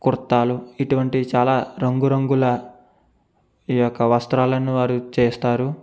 కుర్తాలు ఇటువంటి చాలా రంగురంగుల ఈ యొక్క వస్త్రాలను వారు చేస్తారు